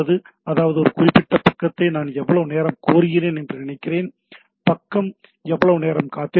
அதாவது ஒரு குறிப்பிட்ட பக்கத்தை நான் எவ்வளவு காலம் கோருகிறேன் என்று நினைக்கிறேன் பக்கம் எவ்வளவு நேரம் காத்திருக்க வேண்டும்